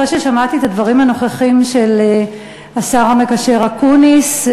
אחרי ששמעתי את הדברים הנוכחיים של השר המקשר אקוניס,